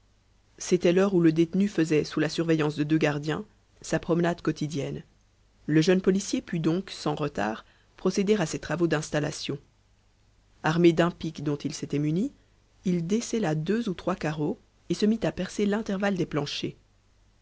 c'était l'heure où le détenu faisait sous la surveillance de deux gardiens sa promenade quotidienne le jeune policier put donc sans retard procéder à ses travaux d'installation armé d'un pic dont il s'était muni il descella deux ou trois carreaux et se mit à percer l'intervalle des planchers